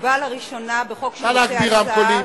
הוטבע לראשונה בחוק שירותי הסעד,